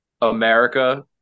America